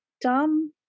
dumb